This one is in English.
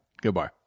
Goodbye